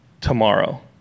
tomorrow